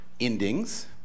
endings